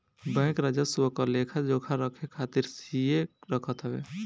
bank राजस्व क लेखा जोखा रखे खातिर सीए रखत हवे